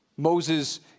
Moses